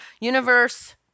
universe